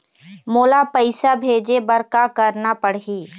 मोला पैसा भेजे बर का करना पड़ही?